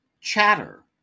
Chatter